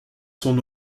son